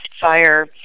fire